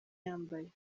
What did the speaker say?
yambaye